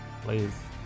Please